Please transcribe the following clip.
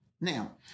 Now